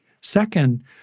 Second